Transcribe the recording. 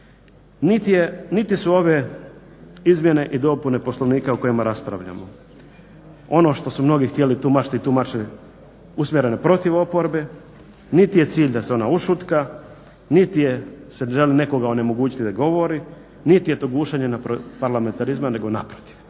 niti su ove izmjene i dopune Poslovnika o kojima raspravljamo ono što su mnogi htjeli tumačiti i tumače usmjerene protiv oporbe, niti je cilj da se ona ušutka, niti se želi nekoga onemogućiti da govori, niti je to bušenje na parlamentarizma nego naprotiv,